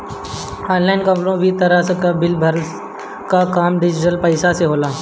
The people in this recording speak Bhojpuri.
ऑनलाइन कवनो भी तरही कअ बिल भरला कअ काम डिजिटल पईसा से होला